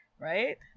Right